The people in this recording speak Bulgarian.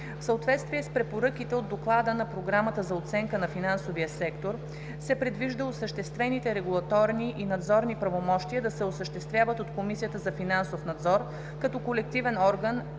В съответствие с препоръките от Доклада на Програмата за оценка на финансовия сектор, FSAP, се предвижда съществените регулаторни и надзорни правомощия да се осъществяват от Комисията за финансов надзор като колективен орган,